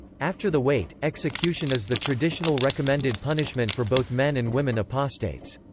after the wait, execution is the traditional recommended punishment for both men and women apostates.